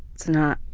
it's not